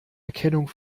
erkennung